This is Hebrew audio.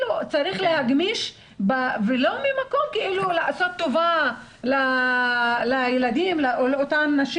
צריך להגמיש ולא לעשות טובה לאותן נשים